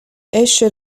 esce